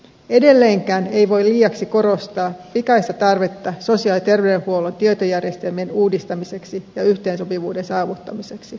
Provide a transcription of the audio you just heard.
edelleenkään ei voi liiaksi korostaa pikaista tarvetta sosiaali ja terveydenhuollon tietojärjestelmien uudistamiseksi ja yhteensopivuuden saavuttamiseksi